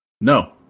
No